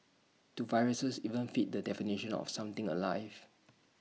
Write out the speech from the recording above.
do viruses even fit the definition of something alive